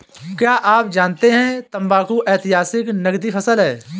क्या आप जानते है तंबाकू ऐतिहासिक नकदी फसल है